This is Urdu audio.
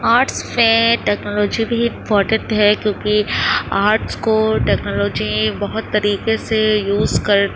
آرٹس میں ٹیکنالوجی بھی امپاٹینٹ ہے کیوںکہ آرٹس کو ٹیکنالوجی بہت طریقے سے یوز کر